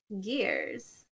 gears